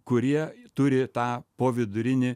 kurie turi tą po vidurinį